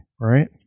Right